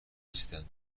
نیستند